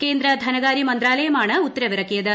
കേന്ദ്ര ധനകാര്യ മന്ത്രാലയമാണ് ഉത്തരവിറക്കിയത്